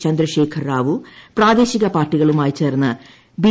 ചന്ദ്രശേഖർ റാവു പ്രാദേശിക പാർട്ടികളുമായി ചേർന്ന് ബി